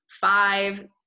five